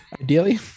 Ideally